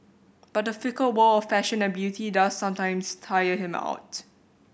but the fickle world of fashion and beauty does sometimes tire him out